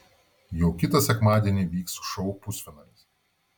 jau kitą sekmadienį vyks šou pusfinalis